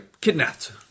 Kidnapped